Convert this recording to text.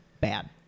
bad